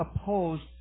opposed